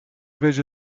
fece